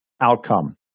outcome